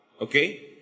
okay